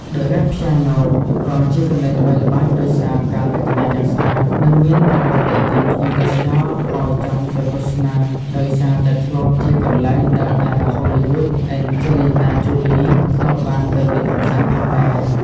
The Red Piano ក៏ជាកន្លែងល្បីល្បាញដោយសារការ រចនាយ៉ាងស្អាត និងមានប្រវត្តិទាក់ទាញភ្ញៀវទេសចរឲ្យចង់ទៅទស្សនា ដោយសារតែធ្លាប់ជាកន្លែងដែល តារាហូលីវូដ អេនជេលីណា ជូលី (Angelina Jolie) ធ្លាប់បានទៅលេងកម្សាន្ត ផងដែរ។